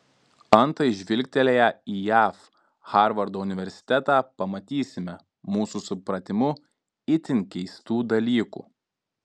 antai žvilgtelėję į jav harvardo universitetą pamatysime mūsų supratimu itin keistų dalykų